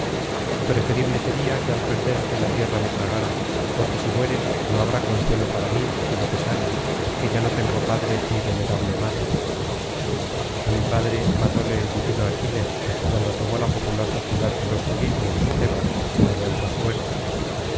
preferible sería que al perderte la tierra me tragara porque si mueres no habrá consuelo para mí sino pesares que ya no tengo padre ni venerable madre a mi padre matóle el divino aquiles cuando tomó la populosa ciudad de los cilicios tebas la de altas puertas